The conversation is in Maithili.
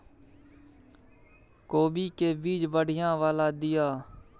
कोबी के बीज बढ़ीया वाला दिय?